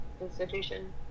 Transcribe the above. institution